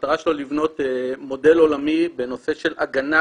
שהמטרה שלו לבנות מודל עולמי בנושא של הגנה